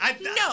No